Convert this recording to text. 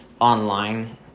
online